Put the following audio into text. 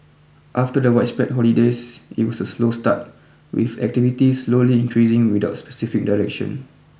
after the widespread holidays it was a slow start with activity slowly increasing without specific direction